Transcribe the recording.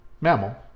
mammal